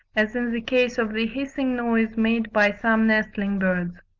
as in the case of the hissing noise made by some nestling-birds.